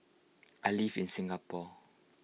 I live in Singapore